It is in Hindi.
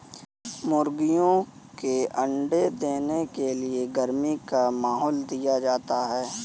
मुर्गियों के अंडे देने के लिए गर्मी का माहौल दिया जाता है